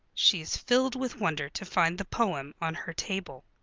she is filled with wonder to find the poem on her table.